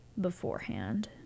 beforehand